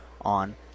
on